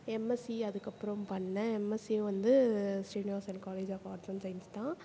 MSc அதுக்கப்றோறம் பண்ணேன் MSc வந்து Srinivasan college of arts and science தான்